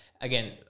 again